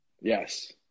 Yes